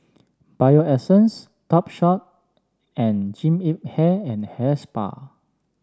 Bio Essence Topshop and Jean Yip Hair and Hair Spa